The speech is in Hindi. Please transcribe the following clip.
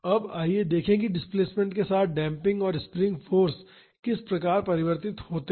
अब आइए देखें कि डिस्प्लेसमेंट के साथ डेम्पिंग और स्प्रिंग फाॅर्स किस प्रकार परिवर्तित होते हैं